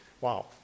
Wow